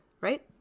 right